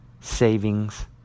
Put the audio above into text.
savings